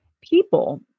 people